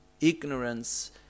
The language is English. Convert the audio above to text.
ignorance